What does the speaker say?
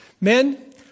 Men